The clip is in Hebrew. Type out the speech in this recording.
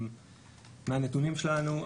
מהנתונים שלנו,